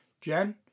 Jen